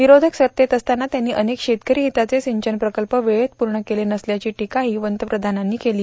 विरोधक सत्तेत असताना त्यांनी अनेक शेतकरी हिताचे सिंचन प्रकल्प वेळेत पूर्ण केले नसल्याची टीका पंतप्रधानांनी यावेळी केली